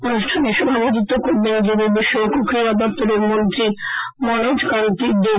অনুষ্ঠানে সভাপতিত্ব করবেন যুব বিষয়ক ও ক্রীড়া দপ্তরের মন্ত্রী মনোজ কান্তি দেব